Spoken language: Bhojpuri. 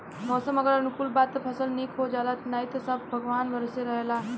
मौसम अगर अनुकूल बा त फसल निक हो जाला नाही त सब भगवान भरोसे रहेला